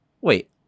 wait